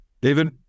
David